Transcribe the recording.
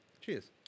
Cheers